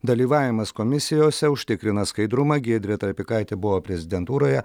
dalyvavimas komisijose užtikrina skaidrumą giedrė trapikaitė buvo prezidentūroje